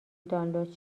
دانلود